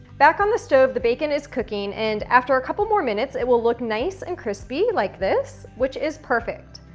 back on the stove the bacon is cooking and, after a couple more minutes, it will look nice and crispy like this, which is perfect.